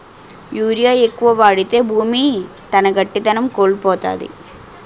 urea ఎక్కువ వాడితే భూమి తన గట్టిదనం కోల్పోతాది